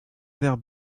vers